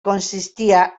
consistia